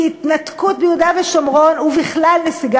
כי התנתקות מיהודה ושומרון ובכלל נסיגה